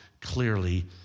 clearly